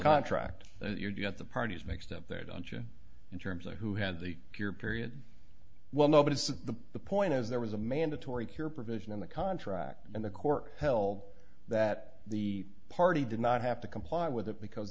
contract that you got the parties mixed up there dontcha in terms of who had the cure period well no because the the point is there was a mandatory cure provision in the contract and the court held that the party did not have to comply with it because